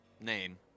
name